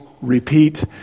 repeat